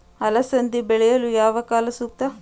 ಅಲಸಂದಿ ಬೆಳೆಯಲು ಯಾವ ಕಾಲ ಸೂಕ್ತ?